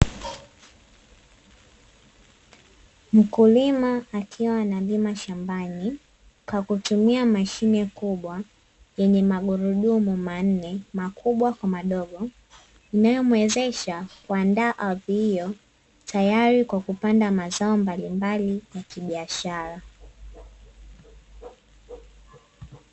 Mkulima akiwa analima shambani kwa kutumia mashine kubwa yenye magurudumu manne makubwa kwa madogo, inayomwezesha kuandaa ardhi hiyo tayari kwa kupanda mazao mbalimbali ya kibiashara.